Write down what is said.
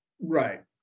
Right